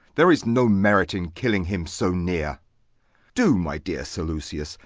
there is no merit in killing him so near do, my dear sir lucius,